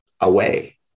away